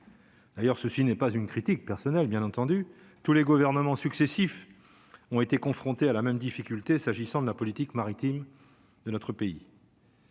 D'ailleurs, ceci n'est pas une critique personnelle, bien entendu, tous les gouvernements successifs ont été confrontés à la même difficulté s'agissant de la politique maritime de notre pays.